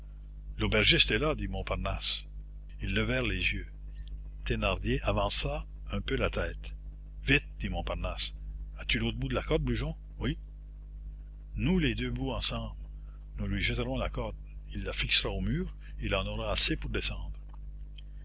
l'aubergiste est là dit montparnasse ils levèrent les yeux thénardier avança un peu la tête vite dit montparnasse as-tu l'autre bout de la corde brujon oui noue les deux bouts ensemble nous lui jetterons la corde il la fixera au mur il en aura assez pour descendre